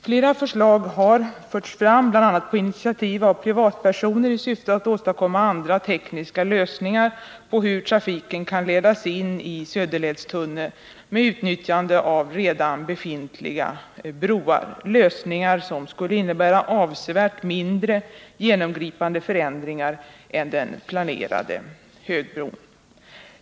Flera förslag har förts fram, bl.a. på initiativ av privatpersoner, i syfte att åstadkomma andra tekniska lösningar på hur trafiken kan ledas in i Söderledstunneln med utnyttjande av redan befintliga broar, lösningar som skulle innebära avsevärt mindre genomgripande förändringar än den planerade högbron.